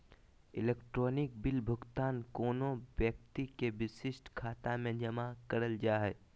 electronic bill भुगतान कोनो व्यक्ति के विशिष्ट खाता में जमा करल जा हइ